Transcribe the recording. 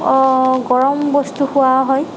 অ গৰম বস্তু খোৱা হয়